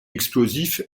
explosif